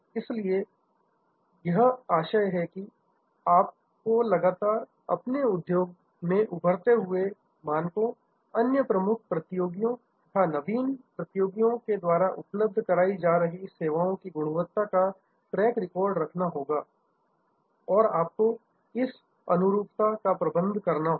इसलिए इसका यह आशय है कि आपको लगातार अपने उद्योग में उभरते हुए स्टैंडर्ड अन्य प्रमुख प्रतियोगियों तथा नवीन प्रतियोगियों के द्वारा उपलब्ध कराई जा रही सेवाओं की गुणवत्ता का ट्रैक रिकॉर्ड रखना होगा और आपको इस कन्फोमेंस का प्रबंधन करना होगा